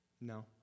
No